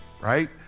Right